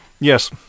Yes